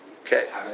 okay